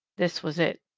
this was it.